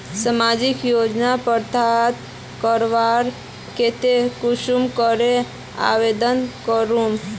सामाजिक योजना प्राप्त करवार केते कुंसम करे आवेदन करूम?